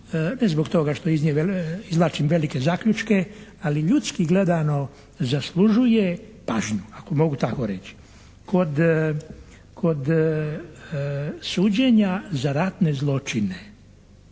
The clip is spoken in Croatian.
ne zbog toga što iz nje izvlačim velike zaključke, ali ljudski gledano zaslužuje pažnju, ako mogu tako reći. Kod suđenja za ratne zločine